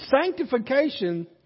Sanctification